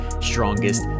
strongest